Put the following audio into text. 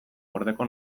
gordeko